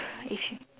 if